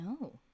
No